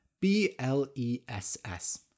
B-L-E-S-S